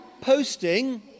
posting